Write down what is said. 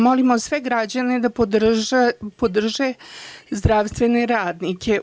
Molimo sve građane da podrže zdravstvene radnike.